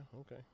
okay